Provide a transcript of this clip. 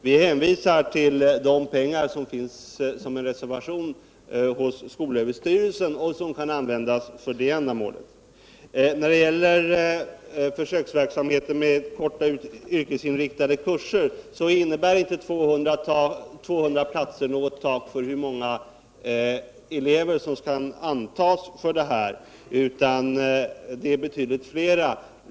Vi hänvisar till de pengar som finns reserverade hos skolöverstyrelsen och som kan användas för det ändamålet. Beträffande försöksverksamheten med korta yrkesinriktade kurser innebär inte 200 platser något tak för hur många elever som kan antas, utan det är betydligt fler.